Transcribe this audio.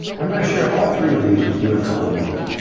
i'm gonna share all three of these with you in a couple of minutes,